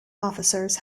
officers